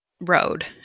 road